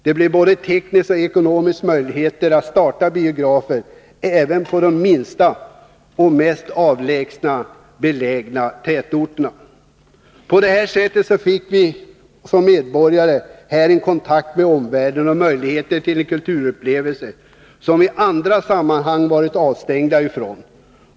Det blev både tekniskt och ekonomiskt möjligt att starta biografer även på de minsta och mest avlägset belägna tätorterna. På det här sättet fick medborgarna en kontakt med omvärlden och möjligheter till kulturupplevelser, som de i andra sammanhang varit avstängda från.